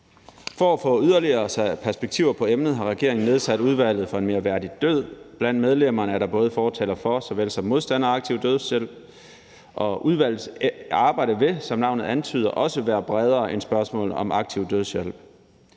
For at få sat yderligere perspektiver på emnet har regeringen nedsat Udvalget for en mere værdig død. Blandt medlemmerne er der både fortalere for såvel som modstandere af aktiv dødshjælp, og udvalgets arbejde vil, som navnet antyder, også være bredere end spørgsmålet om aktiv dødshjælp.